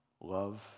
Love